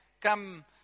come